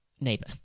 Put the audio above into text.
neighbor